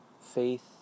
faith